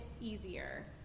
easier